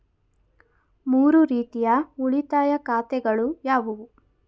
ಮೂರು ರೀತಿಯ ಉಳಿತಾಯ ಖಾತೆಗಳು ಯಾವುವು?